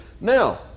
Now